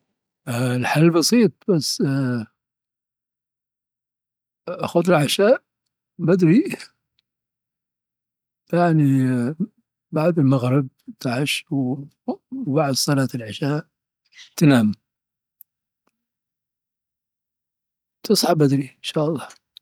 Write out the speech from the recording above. الحل بسيط، بس، خذ العشاء بدري يعني بعد المغرب تعش وبعد صلاة العشاء تنام. تصحى بدري.